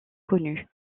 connu